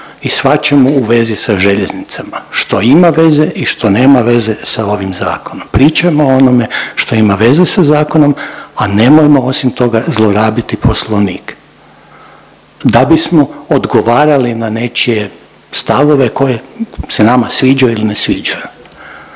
i svačemu u vezi sa željeznicama, što ima veze i što nema veze sa ovim Zakonom. Pričamo o onome što ima veze sa zakonom, a nemojmo osim toga zlorabiti Poslovnik, da bismo odgovarali na nečije stavove koje se nama sviđaju ili ne sviđaju